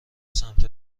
سمت